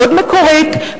מאוד מקורית,